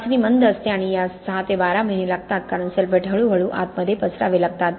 चाचणी मंद असते आणि यास 6 ते 12 महिने लागतात कारण सल्फेट हळूहळू आतमध्ये पसरावे लागतात